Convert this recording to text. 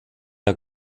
der